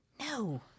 No